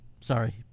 Sorry